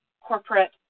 corporate